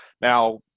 now